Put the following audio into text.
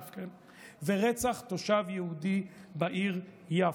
ורצח תושב יהודי בעיר יפו.